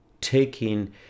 taking